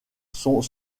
sont